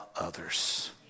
others